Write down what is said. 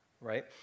right